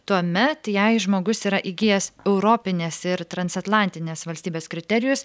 tuomet jei žmogus yra įgijęs europinės ir transatlantinės valstybės kriterijus